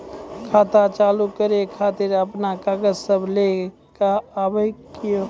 खाता चालू करै खातिर आपन कागज सब लै कऽ आबयोक?